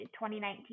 2019